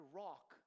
rock